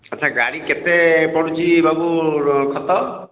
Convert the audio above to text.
ଆଚ୍ଛା ଗାଡ଼ି କେତେ ପଡ଼ୁଛି ବାବୁ ଖତ